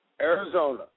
Arizona